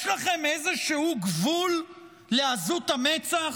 יש לכם איזשהו גבול לעזות המצח,